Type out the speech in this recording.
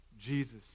Jesus